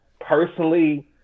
personally